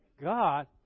God